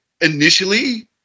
initially